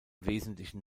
wesentlichen